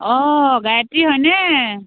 অঁ গায়ত্ৰী হয়নে